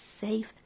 safe